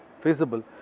feasible